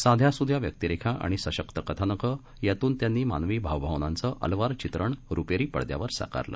साध्यासुध्या व्यक्तीरखी आणि सशक्त कथानकं यातून त्यांनी मानवी भावभावनांचं अलवार चित्रण रुपरीपडद्यावर साकारलं